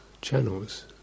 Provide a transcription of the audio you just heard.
channels